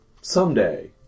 Someday